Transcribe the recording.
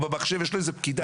הוא במחשב ויש לו איזו פקידה.